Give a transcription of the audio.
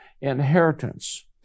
inheritance